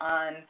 on